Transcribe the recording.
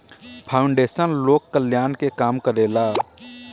foundation लोक कल्याण के काम करेला